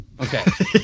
Okay